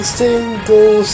single